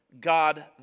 God